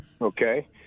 Okay